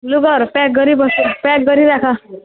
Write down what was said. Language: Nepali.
लुगाहरू प्याक गरी बस न प्याक गरी राख